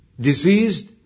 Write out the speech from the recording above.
diseased